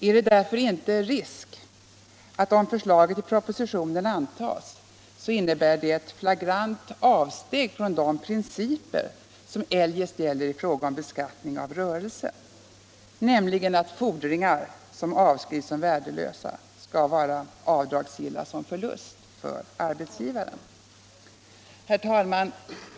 Är det därför inte risk för att förslaget i propositionen, om det antas, innebär ett flagrant avsteg från den princip som eljest gäller i fråga om beskattning av rörelse, nämligen att fordringar som avskrivs som värdelösa skall vara avdragsgilla som förlust för arbetsgivaren? Herr talman!